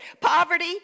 Poverty